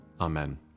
Amen